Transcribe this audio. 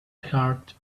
heart